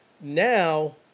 now